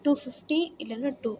two fifty இல்லைன்னா two